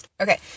okay